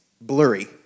blurry